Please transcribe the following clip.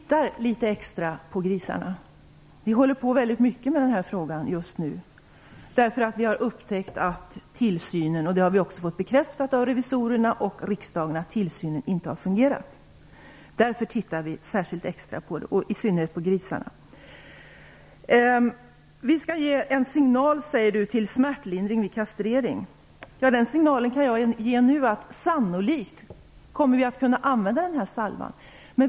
Fru talman! Vi tittar litet extra på grisarna. Vi håller på mycket med den här frågan just nu. Vi har fått bekräftat av revisorerna och riksdagen att tillsynen inte har fungerat. Därför tittar vi på detta, särskilt när det gäller grisarna. Vi skall ge en signal om smärtlindring vid kastrering, säger Gudrun Lindvall. Den signalen kan jag ge nu att sannolikt kommer man att kunna använda den här salvan.